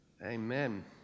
Amen